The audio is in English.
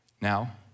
now